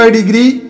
degree